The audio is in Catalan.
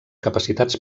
capacitats